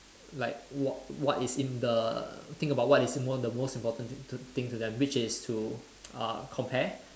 like what what is in the think about what is most the most important thing to thing to them which is to uh compare